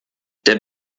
der